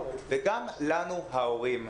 וגם לנו ההורים.